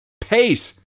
pace